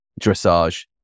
dressage